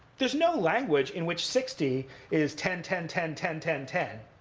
there's no language in which sixty is ten, ten, ten, ten, ten, ten.